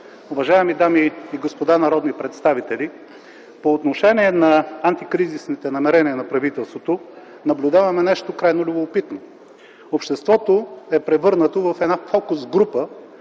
уважаеми дами и господа народни представители, по отношение на антикризисните намерения на правителството наблюдаваме нещо крайно любопитно. Обществото е превърнато в една фокус група,